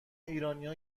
ایرانیا